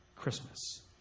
christmas